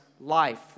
life